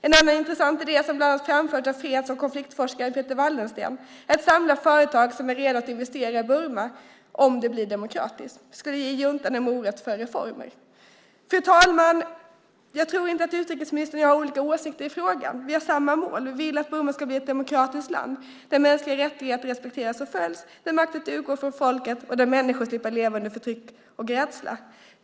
En annan intressant idé som har framförts bland annat av freds och konfliktforskaren Peter Wallensten är ett samlat företag som är redo att investera i Burma om det blir demokratiskt. Det skulle ge juntan en morot för att genomföra reformer. Fru talman! Jag tror inte att utrikesministern och jag har olika åsikter i frågan. Vi har samma mål. Vi vill att Burma ska bli ett demokratiskt land där mänskliga rättigheter respekteras och följs, där makten utgår från folket, och där människor slipper leva under förtryck och rädsla.